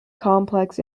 complex